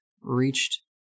reached